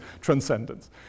transcendence